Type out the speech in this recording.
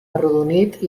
arrodonit